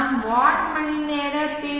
நாம் வாட் மணிநேர பி